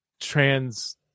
trans